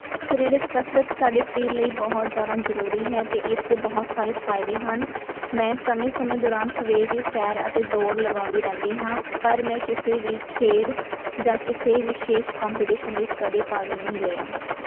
ਸਰੀਰਕ ਕਸਰਤ ਸਾਡੇ ਸਰੀਰ ਲਈ ਬਹੁਤ ਜ਼ਿਆਦਾ ਜ਼ਰੂਰੀ ਹੈ ਅਤੇ ਇਸ ਦੇ ਬਹੁਤ ਸਾਰੇ ਫਾਇਦੇ ਹਨ ਮੈਂ ਸਮੇਂ ਸਮੇਂ ਦੌਰਾਨ ਸਵੇਰ ਦੀ ਸੈਰ ਅਤੇ ਦੌੜ ਲਗਾਉਂਦੀ ਰਹਿੰਦੀ ਹਾਂ ਪਰ ਮੈਂ ਕਿਸੇ ਵੀ ਖੇਡ ਜਾਂ ਕਿਸੇ ਵਿਸ਼ੇਸ਼ ਕੰਪੀਟੀਸ਼ਨ ਵਿੱਚ ਕਦੇ ਭਾਗ ਨਹੀਂ ਲਿਆ